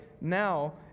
now